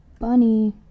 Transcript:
Bunny